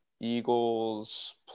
Eagles